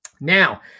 now